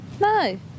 No